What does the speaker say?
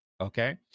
okay